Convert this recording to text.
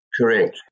Correct